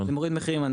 זה מוריד מחירים.